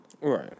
Right